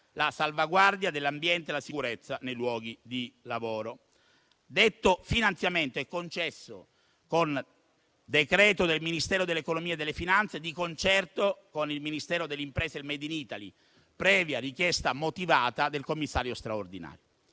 la salvaguardia dell'ambiente e la sicurezza nei luoghi di lavoro. Detto finanziamento è concesso con decreto del Ministero dell'economia e delle finanze, di concerto con il Ministero delle imprese e del *made in Italy*, previa richiesta motivata del commissario straordinario.